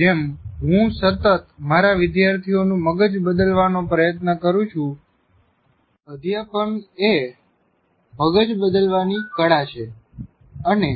જેમ હું સતત મારા વિદ્યાર્થીઓનું મગજ બદલવાનો પ્રયત્ન કરું છું અધ્યાપન એ મગજ બદલવાની કળા છે અને